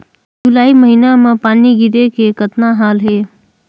जुलाई महीना म पानी गिरे के कतना हाल हे?